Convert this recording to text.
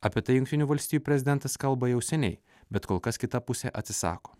apie tai jungtinių valstijų prezidentas kalba jau seniai bet kol kas kita pusė atsisako